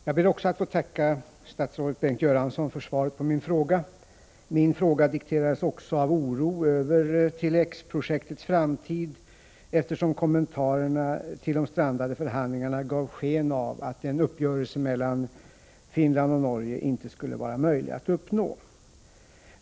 Fru talman! Jag ber också att få tacka statsrådet Bengt Göransson för svaret på min fråga. Min fråga dikterades också av oro över Tele-X projektets framtid, eftersom kommentarerna om de strandade förhandlingarna gav sken av att en uppgörelse mellan Finland och Norge inte skulle vara möjlig att uppnå.